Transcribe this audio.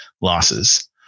losses